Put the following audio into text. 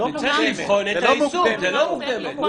לא, צריך לבחון את היישום, זה לא מוקדמת.